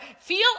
Feel